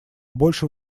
больше